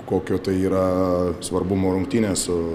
kokio tai yra svarbumo rungtynės su